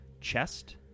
chest